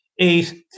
eight